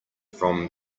from